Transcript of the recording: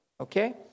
Okay